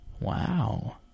wow